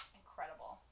incredible